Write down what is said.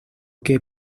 que